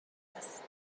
است